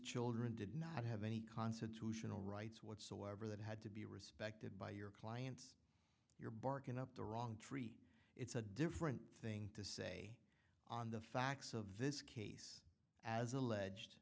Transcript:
children did not have any constitutional rights whatsoever that had to be respected by your clients you're barking up the wrong tree it's a different thing to say on the facts of this case as alleged